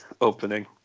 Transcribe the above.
opening